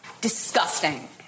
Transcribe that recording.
Disgusting